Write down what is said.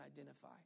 identify